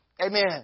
Amen